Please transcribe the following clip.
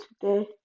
today